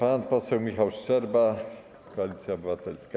Pan poseł Michał Szczerba, Koalicja Obywatelska.